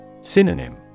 Synonym